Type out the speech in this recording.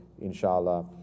inshallah